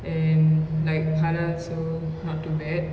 and like halal so not too bad